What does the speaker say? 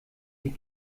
die